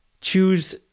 choose